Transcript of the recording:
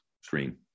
screen